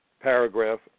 paragraph